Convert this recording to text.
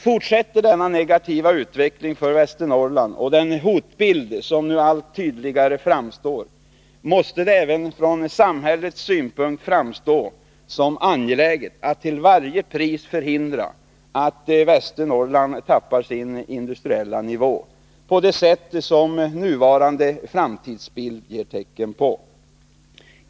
Fortsätter denna negativa utveckling för Västernorrland och framtoningen av den hotbild som nu allt tydligare framstår, måste det även från samhällets synpunkt framstå som angeläget att till varje pris förhindra att Västernorrland tappar sin industriella nivå på det sätt som nuvarande framtidsbild ger tecken på.